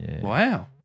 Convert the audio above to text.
wow